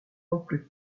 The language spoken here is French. ample